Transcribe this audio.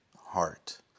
heart